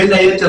בין היתר,